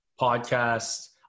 podcasts